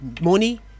money